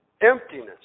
Emptiness